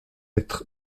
être